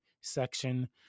section